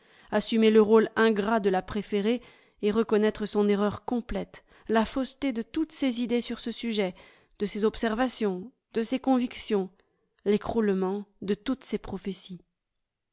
assumer le rôle ingrat de la préférée et reconnaître son erreur complète la fausseté de toutes ses idées sur ce sujet de ses observations de ses convictions l'écroulement de toutes ses prophéties